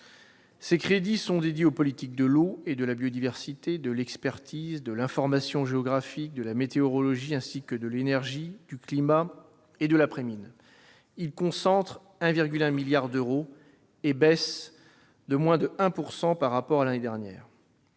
Ces crédits sont dédiés aux politiques de l'eau et de la biodiversité, de l'expertise, de l'information géographique et de la météorologie, ainsi que de l'énergie, du climat et de l'après-mines. Ils concentrent 1,1 milliard d'euros et baissent de moins de 1 % par rapport à l'année dernière.